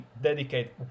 dedicate